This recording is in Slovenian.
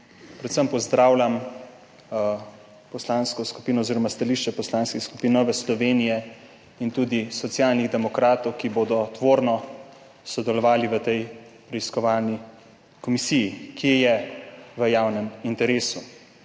predvsem pozdravljam poslansko skupino oziroma stališče poslanskih skupin Nova Slovenija in tudi Socialnih demokratov, ki bodo tvorno sodelovali v tej preiskovalni komisiji, ki je v javnem interesu.